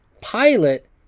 Pilot